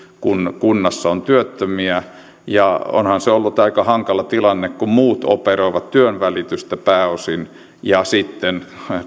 kun kunnassa on työttömiä onhan se ollut aika hankala tilanne kun muut operoivat työnvälitystä pääosin ja sitten